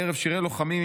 בערב שירי לוחמים,